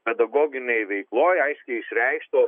pedagoginėj veikloj aiškiai išreikšto